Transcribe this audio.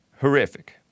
Horrific